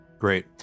Great